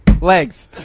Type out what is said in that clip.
Legs